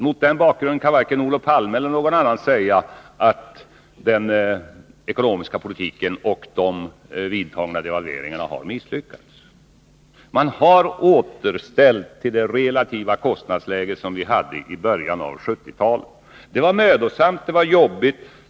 Mot den bakgrunden kan varken Olof Palme eller någon annan säga att den ekonomiska politiken och de vidtagna devalveringarna har misslyckats. Man har återställt det relativa kostnadsläget till vad det var i början av 1970-talet. Det var mödosamt och det var jobbigt.